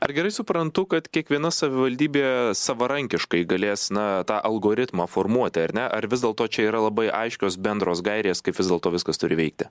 ar gerai suprantu kad kiekviena savivaldybė savarankiškai galės na tą algoritmą formuoti ar ne ar vis dėlto čia yra labai aiškios bendros gairės kaip vis dėlto viskas turi veikti